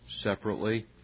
separately